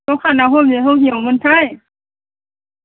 दखाना बबे बबेयावमोनथाय